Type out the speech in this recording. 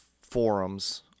forums